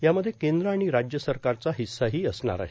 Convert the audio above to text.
त्यामध्ये केंद्र आणि राज्य सरकारचा हिस्साही असणार आहे